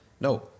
no